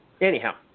Anyhow